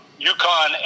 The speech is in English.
UConn